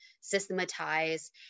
systematize